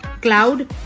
Cloud